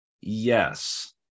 yes